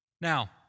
Now